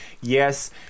Yes